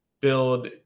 build